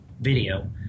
video